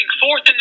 fourth